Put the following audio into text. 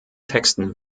texten